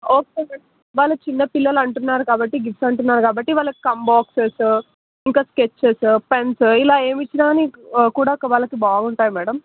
okay madam వాళ్ళు చిన్న పిల్లలు అంటున్నారు కాబట్టి గిఫ్ట్స్ అంటున్నారు కాబట్టి వాళ్ళకి కంబాక్స్స్ ఇంకా స్కెచ్చెస్ పెన్స్ ఇలా ఏమి ఇచ్చిన కానీ కూడా వాళ్ళకి బాగుంటాయి మ్యాడమ్